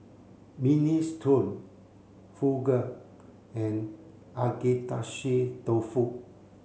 Minestrone Fugu and Agedashi dofu